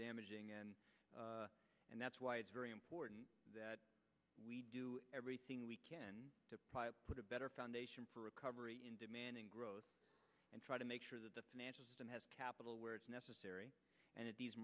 damaging and that's why it's very important that we do everything we can to put a better foundation for recovery in demanding growth and try to make sure that the financial system has capital where it's necessary and if these